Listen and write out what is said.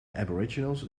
aboriginals